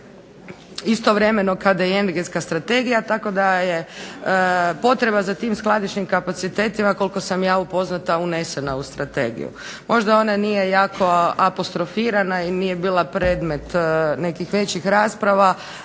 istovremeno kada energetska Strategija, tako da je potreba za tim skladišnim kapacitetima koliko sam ja upoznata unesena u strategiju. Možda ona nije jako apostrofirana i nije bila predmet nekakvih većih rasprava